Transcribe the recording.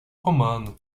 comando